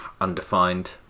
undefined